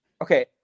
Okay